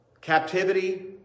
Captivity